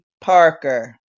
parker